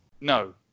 No